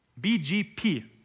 BGP